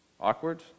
awkward